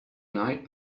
night